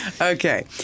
Okay